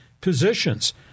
positions